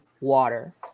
water